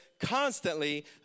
constantly